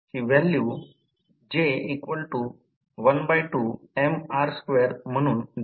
येथे हे सोडवण्याबरोबर मी डबल डॅश करतो की हे उदाहरण नाही हा एक अभ्यास आहे